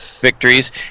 victories